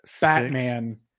Batman